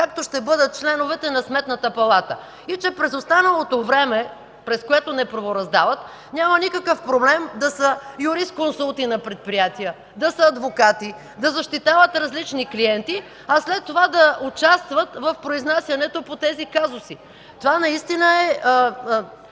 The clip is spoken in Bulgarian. както ще бъдат членовете на Сметната палата, и че през останалото време, през което не правораздават, няма никакъв проблем да са юрисконсулти на предприятия, да са адвокати, да защитават различни клиенти, а след това да участват в произнасянето по тези казуси. Това е